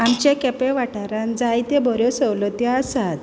आमच्या केप्यां वाठारांत जायत्यो बऱ्यो सवलती आसात